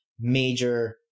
major